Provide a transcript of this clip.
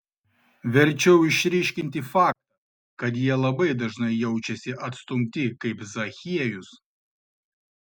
verčiau išryškinti faktą kad jie labai dažai jaučiasi atstumti kaip zachiejus